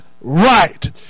right